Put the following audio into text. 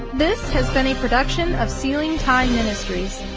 this has been a production of sealing time ministries.